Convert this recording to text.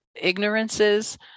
ignorances